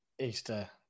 Easter